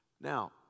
Now